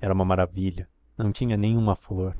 era uma maravilha não tinha nem uma flor